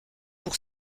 pour